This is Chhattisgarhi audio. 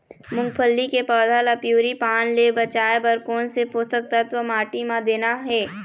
मुंगफली के पौधा ला पिवरी पान ले बचाए बर कोन से पोषक तत्व माटी म देना हे?